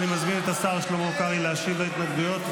אני מזמין את השר שלמה קרעי להשיב להתנגדויות,